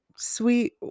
Sweet